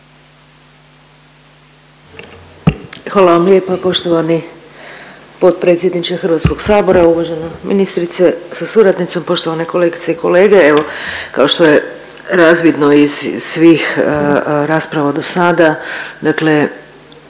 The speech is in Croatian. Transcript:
Hvala vam lijepa poštovani potpredsjedniče HS, uvažena ministrice sa suradnicom, poštovane kolegice i kolege. Evo kao što je razvidno iz svih rasprava dosada dakle